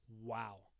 Wow